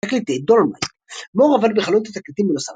תקליטי דולמייט מור עבד בחנות התקליטים בלוס אנג'לס,